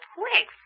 quick